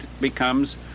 becomes